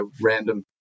random